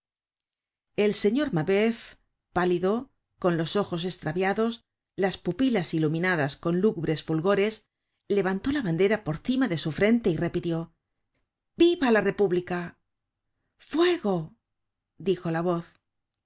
el señor mabcuf pálido con los ojos estraviados las pupilas iluminadas con lúgubres fulgores levantó la bandera por cima de su frente y repitió viva la república fuego dijo la voz